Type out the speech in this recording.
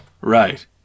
right